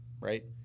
right